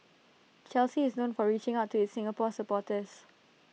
Chelsea is known for reaching out to its Singapore supporters